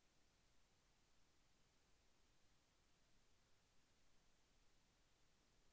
నా మొబైల్కు SMS alerts రావడం లేదు ఎందుకు?